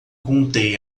contei